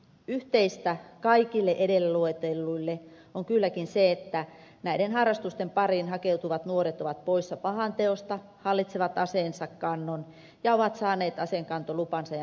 yhteistä kaikille edellä luetelluille on kylläkin se että näiden harrastusten pariin hakeutuvat nuoret ovat poissa pahanteosta hallitsevat aseensa kannon ja ovat saaneet aseenkantolupansa ja metsästyskorttinsa lain mukaisesti